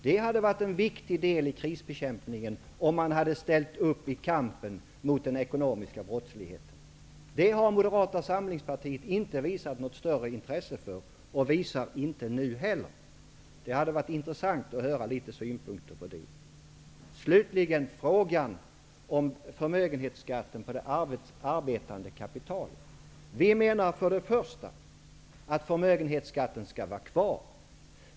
Det hade varit en viktig del av krisbekämpningen att ställa upp i kampen mot den ekonomiska brottsligheten. Men det har Moderata samlingspartiet inte visat något större intresse för och visar inte det nu heller. Det hade varit intressant att få höra synpunkter om detta. Slutligen var det frågan om förmögenhetsskatten på det arbetande kapitalet. Vi menar för det första att förmögenhetsskatten skall vara kvar.